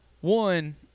One